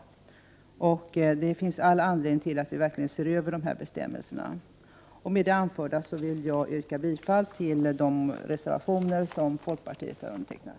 Det finns all anledning att verkligen se över dessa bestämmelser. Med det anförda vill jag yrka bifall till de reservationer som folkpartiet har undertecknat.